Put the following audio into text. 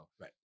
Right